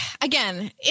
Again